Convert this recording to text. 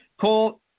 Cole